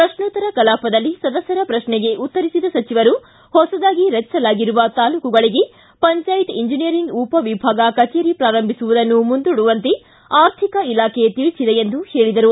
ಪ್ರಶ್ನೋತ್ತರ ಕಲಾಪದಲ್ಲಿ ಸದಸ್ದರ ಪ್ರಶ್ನೆಗೆ ಉತ್ತರಿಸಿದ ಸಚಿವರು ಹೊಸದಾಗಿ ರಚಿಸಲಾಗಿರುವ ತಾಲೂಕುಗಳಿಗೆ ಪಂಚಾಯತ್ ಇಂಜಿನೀಯರಿಂಗ್ ಉಪವಿಭಾಗ ಕಚೇರಿ ಪ್ರಾರಂಭಿಸುವುದನ್ನು ಮುಂದೂಡುವಂತೆ ಆರ್ಥಿಕ ಇಲಾಖೆ ತಿಳಿಸಿದೆ ಎಂದರು